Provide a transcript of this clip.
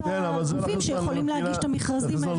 הגופים שיכולים להגיש את המכרזים האלה.